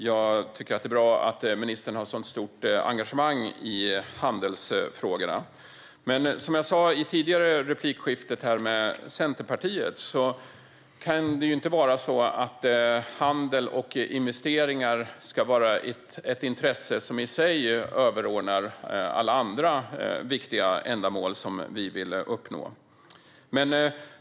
Det är bra att ministern har ett sådant stort engagemang i handelsfrågorna, men som jag sa i det tidigare replikskiftet med Centerpartiet kan inte handel och investeringar vara ett intresse som är överordnat alla andra viktiga ändamål vi vill uppnå.